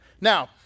Now